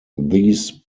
these